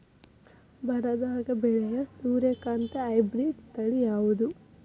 ಬರದಾಗ ಬೆಳೆಯೋ ಸೂರ್ಯಕಾಂತಿ ಹೈಬ್ರಿಡ್ ತಳಿ ಯಾವುದು?